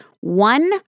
one